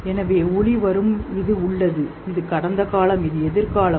எனவே ஒளி வரும் இது உள்ளது இது கடந்த காலம் இது எதிர்காலம்